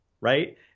right